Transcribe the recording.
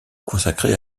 consacrée